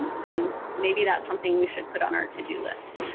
and then maybe that's something we should put on our to-do list.